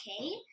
Okay